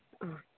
ಆಂ